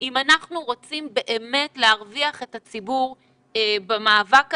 אם אנחנו רוצים להרוויח את הציבור במאבק הזה.